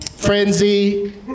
Frenzy